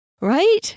right